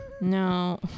No